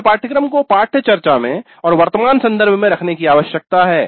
हमें पाठ्यक्रम को पाठ्यचर्या में और वर्तमान संदर्भ में रखने की आवश्यकता है